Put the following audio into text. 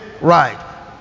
right